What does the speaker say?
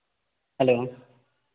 hello